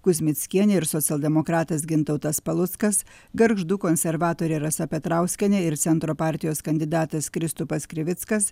kuzmickienė ir socialdemokratas gintautas paluckas gargždų konservatorė rasa petrauskienė ir centro partijos kandidatas kristupas krivickas